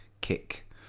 kick